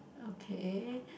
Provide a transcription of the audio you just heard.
okay